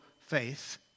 faith